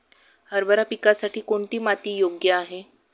हरभरा पिकासाठी कोणती माती योग्य आहे?